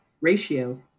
ratio